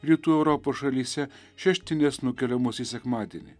rytų europos šalyse šeštinės nukeliamos į sekmadienį